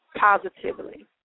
positively